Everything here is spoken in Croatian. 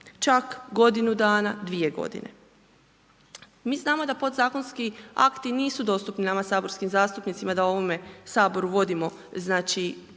čak godinu dana dvije godine. Mi znamo da podzakonski akti nisu dostupni nama saborskim zastupnicima da u ovome Saboru vodimo znači